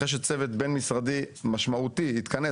אחרי שצוות בין משרדי משמעותי התכנס,